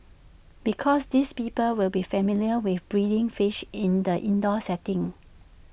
because these people will be familiar with breeding fish in the indoor setting